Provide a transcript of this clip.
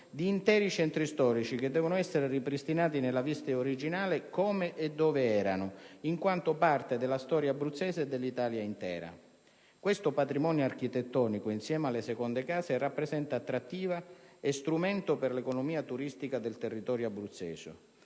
di interi centri storici che devono essere ripristinati nella veste originale, come e dove erano, in quanto parte della storia abruzzese e dell'Italia intera. Questo patrimonio architettonico insieme alle seconde case rappresenta attrattiva e strumento per l'economia turistica del territorio abruzzese.